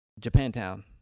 Japantown